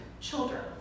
children